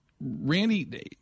Randy